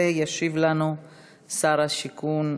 וישיב לנו שר השיכון,